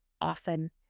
often